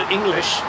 English